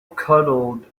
cuddled